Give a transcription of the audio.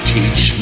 Teach